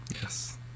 Yes